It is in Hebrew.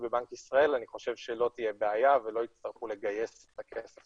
בבנק ישראל אני חושב שלא תהיה בעיה ולא יצטרכו לגייס את הכסף